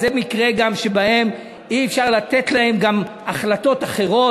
אז זה גם מקרה שבו אי-אפשר לתת להם החלטות אחרות,